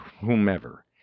whomever